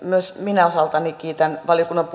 myös minä osaltani kiitän valiokunnan